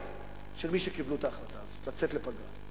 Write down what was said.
של מי שקיבלו את ההחלטה הזאת לצאת לפגרה.